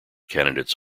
candidates